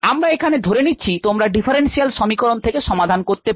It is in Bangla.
আমরা এখানে ধরে নিচ্ছি তোমরা ডিফারেন্সিয়াল সমীকরণ থেকে সমাধান করতে পার